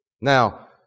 Now